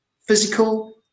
physical